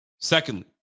Secondly